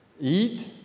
Eat